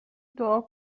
دعا